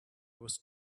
was